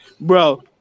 bro